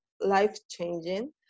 life-changing